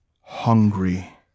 hungry